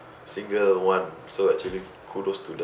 single one so actually kudos to them